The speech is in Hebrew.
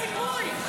אין סיכוי.